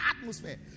atmosphere